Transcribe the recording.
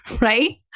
right